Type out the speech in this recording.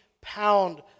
pound